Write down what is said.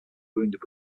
wounded